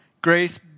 Grace